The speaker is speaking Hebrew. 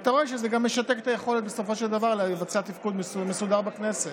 ואתה רואה שבסופו של דבר זה משתק גם את היכולת לבצע תפקוד מסודר בכנסת.